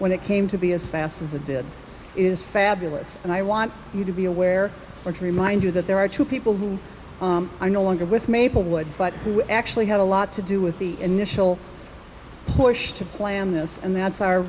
when it came to be as fast as it did is fabulous and i want you to be aware or to remind you that there are two people who are no longer with maplewood but who actually had a lot to do with the initial push to plan this and that's our